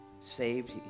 saved